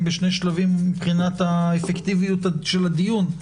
בשני שלבים מבחינת האפקטיביות של הדיון.